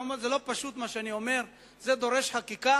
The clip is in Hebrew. זה כמובן לא פשוט, מה שאני אומר, זה דורש חקיקה,